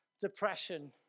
depression